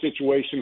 situation